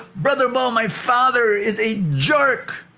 brother bo, my father is a jerk.